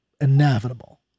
inevitable